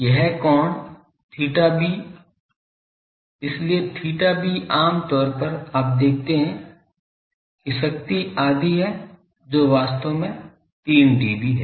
यह कोण theta b इसलिए theta b आमतौर पर आप देखते हैं कि शक्ति आधी है जो वास्तव में 3 dB है